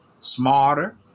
smarter